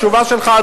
התשובה שלך,